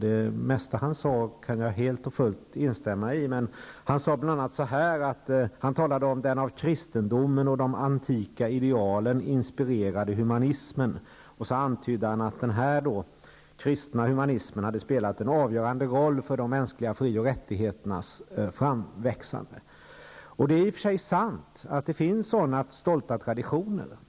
Det mesta han sade kunde jag helt och fullt instämma i, men inte allt. Han talade bl.a. om den av kristendomen och de antika idealen inspirerade humanismen och antydde att den kristna humanismen hade spelat en avgörande roll för de mänskliga fri och rättigheternas framväxande. Det är i och för sig sant att det finns sådana stolta traditioner.